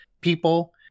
people